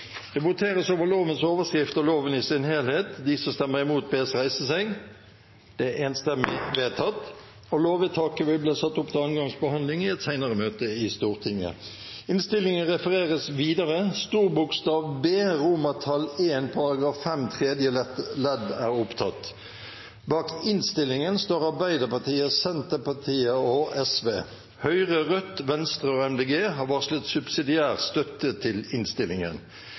Det voteres over lovens overskrift og loven i sin helhet. Lovvedtaket vil bli satt opp til annen gangs behandling i et senere møte i Stortinget. Videre var innstilt: Det voteres over B I § 5 tredje ledd. Bak innstillingen står Arbeiderpartiet, Senterpartiet og Sosialistisk Venstreparti. Høyre, Rødt, Venstre og Miljøpartiet De Grønne har varslet subsidiær støtte til innstillingen.